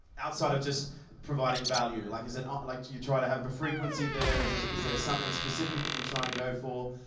outside of just providing value, like is it, ah like, you try to have a frequency there, is is there something specific that you're tryin' to go for?